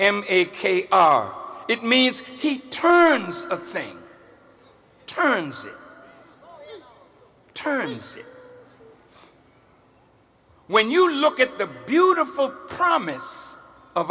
m a k r it means he turns the thing turns turns when you look at the beautiful promise of